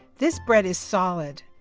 this bread is solid.